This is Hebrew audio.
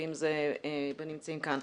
ואם נמצאים כאן.